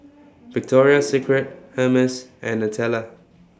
Victoria Secret Hermes and Nutella